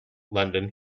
london